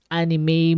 anime